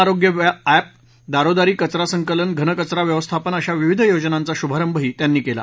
आरोग्य एप दारोदारी कचरा संकलन घनकचरा व्यवस्थापन अशा विविध योजनांचा शुभारंभही त्यांनी केला